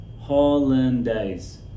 Hollandaise